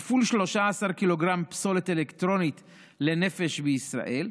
כפול 13 ק"ג פסולת אלקטרונית לנפש בישראל,